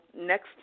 next